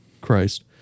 Christ